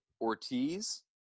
Ortiz